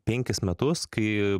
penkis metus kai